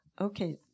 Okay